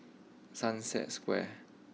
Sunset Square